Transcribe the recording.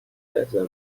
زودرس